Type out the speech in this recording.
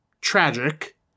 tragic